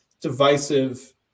divisive